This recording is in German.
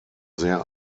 sehr